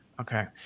Okay